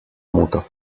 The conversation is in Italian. muto